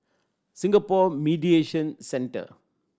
Singapore Mediation Centre